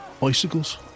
bicycles